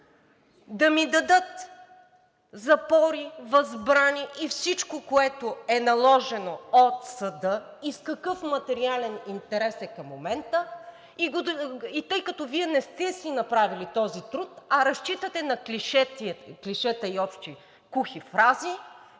да ми дадат запори, възбрани и всичко, което е наложено от съда, и с какъв материален интерес е към момента и тъй като Вие не сте си направили този труд, а разчитате на клишета и общи кухи фрази,